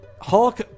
Hulk